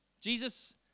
Jesus